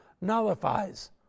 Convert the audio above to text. nullifies